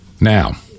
Now